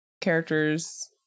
characters